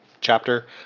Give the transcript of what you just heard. chapter